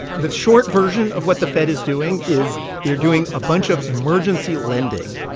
the short version of what the fed is doing is they're doing a bunch of emergency lending,